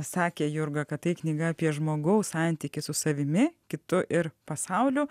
sakė jurga kad tai knyga apie žmogaus santykį su savimi kitu ir pasauliu